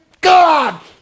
God